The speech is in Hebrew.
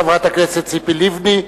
חברת הכנסת ציפי לבני.